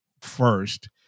first